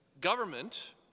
Government